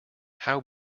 how